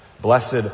blessed